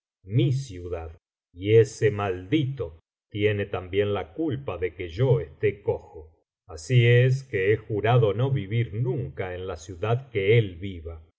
mi ciudad y ese maldito tiene también la culpa de que yo esté cojo así es que he jurado no vivir nunca en la ciudad en que él viva